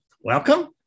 Welcome